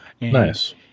Nice